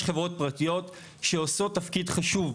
יש חברות פרטיות שעושות תפקיד חשוב,